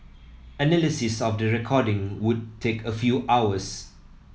analysis of the recordings would take a few hours